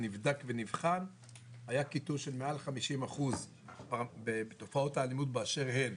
נבדק ונבחן - היה קיטון של מעל 50% בתופעות האלימות באשר הן,